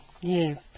Yes